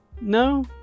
No